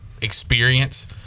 experience